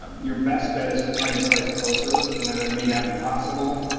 um your best bet is to find a place closer, and that may not be possible,